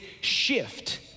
shift